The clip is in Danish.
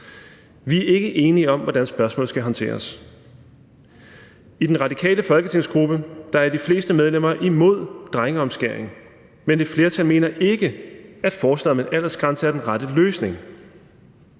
Vi er ikke enige om, hvordan spørgsmålet skal håndteres. I den radikale folketingsgruppe er de fleste medlemmer imod drengeomskæring, men et flertal mener ikke, at forslaget om en aldersgrænse er den rette løsning.